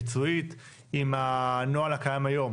ביצועית עם הנוהל הקיים היום,